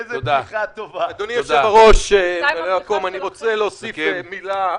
אדוני היושב-ראש, אני רוצה להוסיף מילה אחת,